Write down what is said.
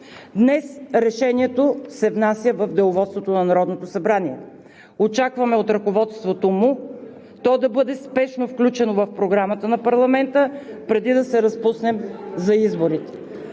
внася решението в деловодството на Народното събрание. Очакваме от ръководството то да бъде спешно включено в Програмата на парламента – преди да се разпуснем за изборите.